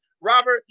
Robert